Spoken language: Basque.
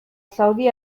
saudi